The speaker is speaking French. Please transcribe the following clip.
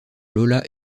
lola